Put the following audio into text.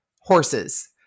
horses